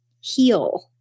heal